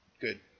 good